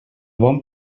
bon